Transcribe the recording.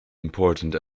important